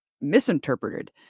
misinterpreted